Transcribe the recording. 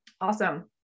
awesome